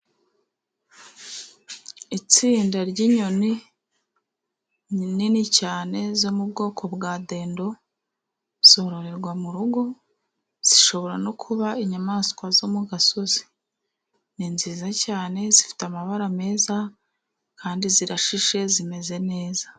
Itsinda ry'inyoni nini cyane zo mu bwoko bwa dendo zororerwa mu rugo, zishobora no kuba inyamaswa zo mu gasozi, ni nziza cyane zifite amabara meza kandi zirashishe, zimeze neza.